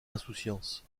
insouciance